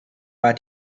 war